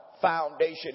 foundation